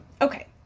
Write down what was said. okay